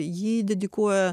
ji dedikuoja